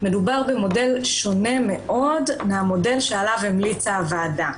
מדובר במודל שונה מאוד מן המודל שעליו המליצה הוועדה.